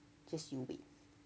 just you wait